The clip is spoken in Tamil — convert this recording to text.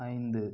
ஐந்து